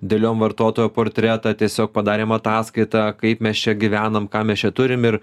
dėliojom vartotojo portretą tiesiog padarėm ataskaitą kaip mes čia gyvenam ką mes čia turim ir